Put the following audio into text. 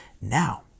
now